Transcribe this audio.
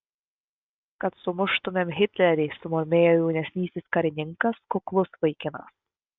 kad sumuštumėm hitlerį sumurmėjo jaunesnysis karininkas kuklus vaikinas